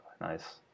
Nice